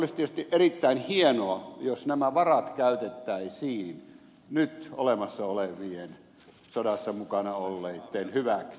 olisi tietysti erittäin hienoa jos nämä varat käytettäisiin nyt olemassa olevien sodassa mukana olleitten hyväksi